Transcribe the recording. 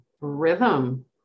rhythm